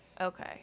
Okay